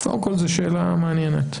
זו שאלה מעניינת.